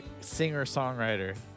singer-songwriter